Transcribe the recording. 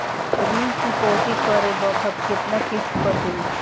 ऋण चुकौती करे बखत केतना किस्त कटी?